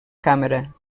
càmera